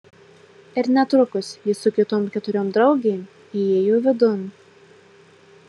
ir netrukus ji su kitom keturiom draugėm įėjo vidun